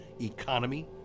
economy